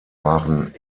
waren